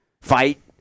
Fight